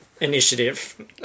Initiative